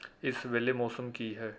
ਇਸ ਵੇਲੇ ਮੌਸਮ ਕੀ ਹੈ